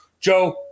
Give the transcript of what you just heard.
Joe